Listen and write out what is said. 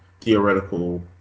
theoretical